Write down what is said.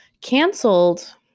canceled